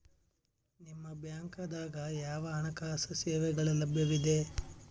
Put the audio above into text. ನಿಮ ಬ್ಯಾಂಕ ದಾಗ ಯಾವ ಹಣಕಾಸು ಸೇವೆಗಳು ಲಭ್ಯವಿದೆ?